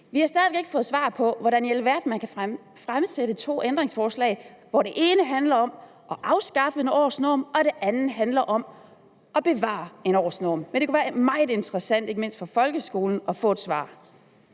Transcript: Vi har stadig væk ikke fået svar på, hvordan i alverden man kan stille to ændringsforslag, hvor det ene handler om at afskaffe en årsnorm, mens det andet handler om at bevare en årsnorm. Det kunne være meget interessant, ikke mindst for folkeskolen, at få et svar.